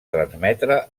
transmetre